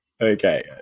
Okay